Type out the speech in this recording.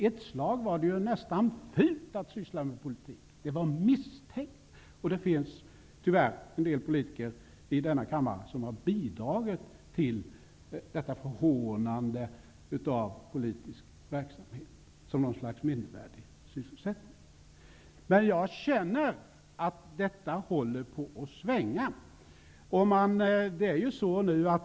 Ett tag var det nästan fult att syssla med politik. Det var misstänkt. Det finns tyvärr en del politiker i denna kammare som har bidragit till detta förhånande av politisk verksamhet, som något slags mindervärdig sysselsättning. Jag känner att det håller på att svänga.